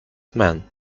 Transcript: men